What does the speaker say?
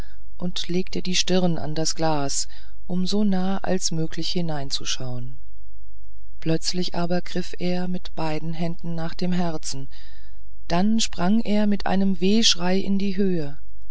und legte die stirn an das glas um so nahe als möglich hineinzuschauen plötzlich aber griff er mit beiden händen nach dem herzen dann sprang er mit einem wehschrei in die höhe